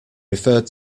referred